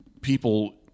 people